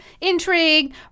intrigue